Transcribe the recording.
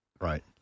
Right